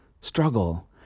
struggle